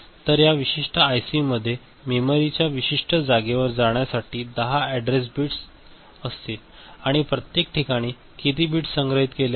तर या विशिष्ट आयसीकडे मेमरीच्या विशिष्ट जागेवर जाण्यासाठी 10 अॅड्रेस बिट्स असतील आणि प्रत्येक ठिकाणी किती बिट्स संग्रहित केले आहेत